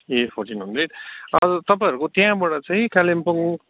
ए fourteen hundred तपाईँहरूको त्यहाँबाट चाहिँ कालिम्पोङ